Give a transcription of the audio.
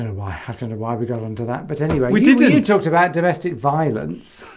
and why i have to under why'd we go under that but anyway we talked about domestic violence